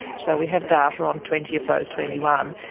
so we have data on twenty of those twenty one,